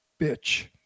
bitch